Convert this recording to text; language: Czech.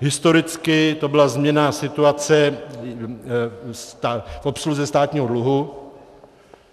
Historicky to byla změna situace v obsluze státního dluhu: